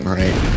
right